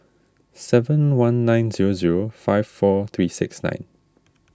seven one nine zero zero five four three six nine